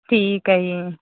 ਠੀਕ ਹੈ ਜੀ